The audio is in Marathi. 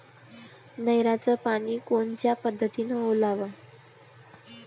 नयराचं पानी कोनच्या पद्धतीनं ओलाव?